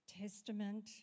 Testament